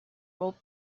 role